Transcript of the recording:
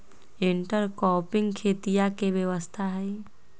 intercropping खेतीया के व्यवस्था हई